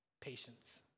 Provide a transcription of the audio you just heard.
Patience